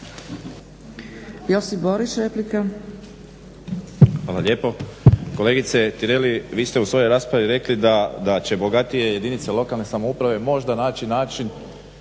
Josip Borić replika. **Borić, Josip (HDZ)** Kolegice Tireli, vi ste u svojoj raspravi da će bogatije jedinice lokalne samouprave možda naći način